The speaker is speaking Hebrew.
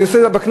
אני עושה בכנסת.